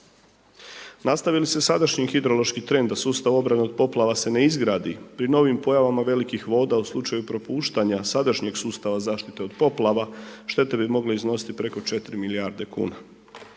Nastavi li se sadašnji hidrološki trend da sustav obrane od poplava se ne izgradi, pri novim pojavama velikih voda u slučaju propuštanja sadašnjeg sustava zaštite od poplava štete bi mogle iznositi preko 4 milijarda kuna,